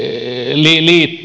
liittyi